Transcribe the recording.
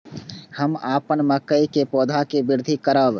हम अपन मकई के पौधा के वृद्धि करब?